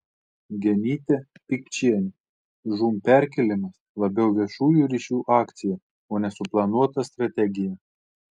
genytė pikčienė žūm perkėlimas labiau viešųjų ryšių akcija o ne suplanuota strategija